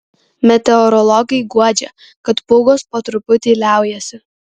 meteorologai guodžia kad pūgos po truputį liaujasi